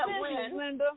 Linda